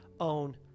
own